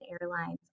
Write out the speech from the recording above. Airlines